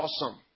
awesome